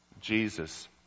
Jesus